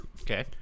Okay